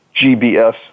GBS